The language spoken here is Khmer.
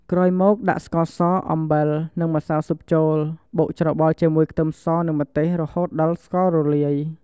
ក្រោយមក ដាក់ស្ករស អំបិល និងម្សៅស៊ុបចូល បុកច្របល់ជាមួយខ្ទឹមសនិងម្ទេសរហូតដល់ស្កររលាយ។